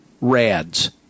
RADs